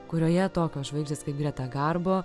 kurioje tokios žvaigždės kaip greta garbo